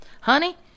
honey